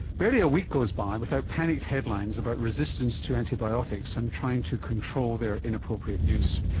barely a week goes by without panicked headlines about resistance to antibiotics and trying to control their inappropriate use.